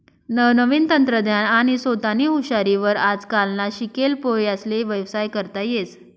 नवनवीन तंत्रज्ञान आणि सोतानी हुशारी वर आजकालना शिकेल पोर्यास्ले व्यवसाय करता येस